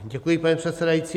Děkuji, pane předsedající.